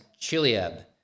Chileab